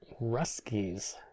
Ruskies